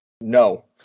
No